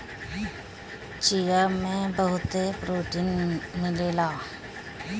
चिया में बहुते प्रोटीन मिलेला